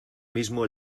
mismo